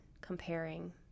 comparing